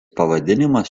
pavadinimas